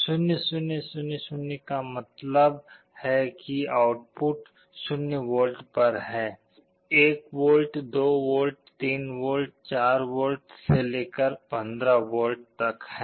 0 0 0 0 का मतलब है कि आउटपुट 0 वोल्ट पर है 1 वोल्ट 2 वोल्ट 3 वोल्ट 4 वोल्ट से लेकर 15 वोल्ट तक हैं